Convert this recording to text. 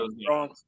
strong